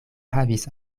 havis